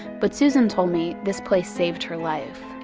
but susan told me, this place saved her life